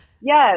Yes